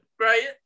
Right